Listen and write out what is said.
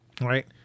right